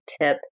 tip